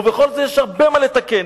ובכל זאת יש הרבה מה לתקן.